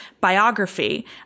biography